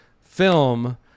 film